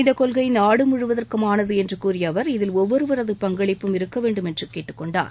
இந்த கொள்கை நாடுமுழுவதற்குமானது என்று கூறிய அவர் இதில் ஒவ்வொருவரது பங்களிப்பும் இருக்க வேண்டும் என்று கேட்டுக்கொண்டார்